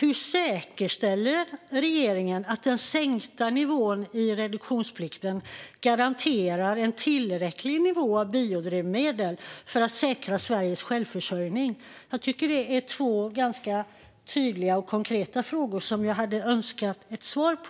hur säkerställer regeringen att den sänkta nivån i reduktionsplikten garanterar en tillräcklig nivå av biodrivmedel för att säkra Sveriges självförsörjning? Jag tycker att det är två ganska tydliga och konkreta frågor, som jag hade önskat svar på.